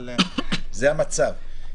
אבל זה המצב,